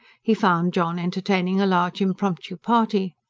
he found john entertaining a large impromptu party.